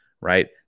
right